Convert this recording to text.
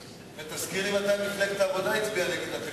תזכיר לי מתי מפלגת העבודה הצביעה נגד התקציב.